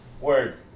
Word